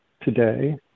today